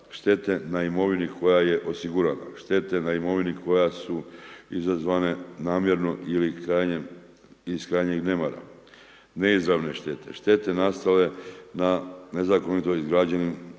štete na imovini koja je osigurana, štete na imovini koja su izazvane namjerno ili iz krajnjeg nemara, neizravne štete, štete nastale na nezakonito izgrađenim